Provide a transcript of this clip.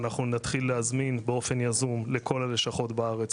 אנחנו נתחיל להזמין באופן יזום לכל הלשכות בארץ,